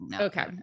okay